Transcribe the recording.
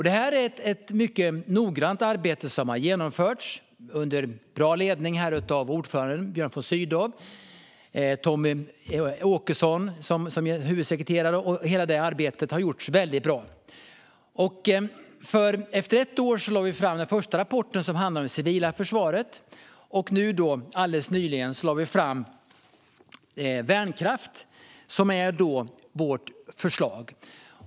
Det är ett mycket noggrant arbete som har genomförts under bra ledning av ordförande Björn von Sydow och huvudsekreterare Tommy Åkesson. Hela det arbetet har gjorts väldigt bra. Efter ett år lade vi fram den första rapporten som handlade om det civila försvaret. Alldeles nyligen lade vi fram slutrapporten Värnkraft , som jag nu visar för kammarens ledamöter. Det är vårt förslag.